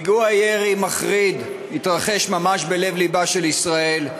פיגוע ירי מחריד התרחש ממש בלב-לבה של ישראל,